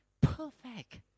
perfect